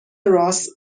راس